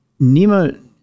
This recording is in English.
nema